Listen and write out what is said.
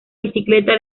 bicicleta